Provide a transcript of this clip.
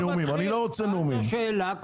אני לא בטוח שנסיים את